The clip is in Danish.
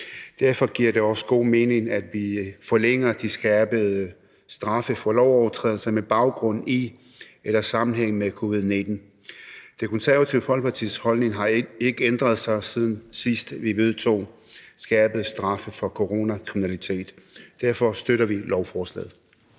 Derfor giver det også god mening, at vi forlænger de skærpede straffe for lovovertrædelser med baggrund i eller sammenhæng med covid-19. Det Konservative Folkepartis holdning har ikke ændret sig, siden vi sidst vedtog skærpede straffe for coronakriminalitet. Derfor støtter vi lovforslaget.